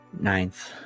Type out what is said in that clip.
Ninth